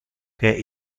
que